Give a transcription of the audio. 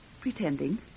pretending